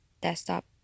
desktop